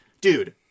dude